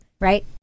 right